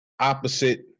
opposite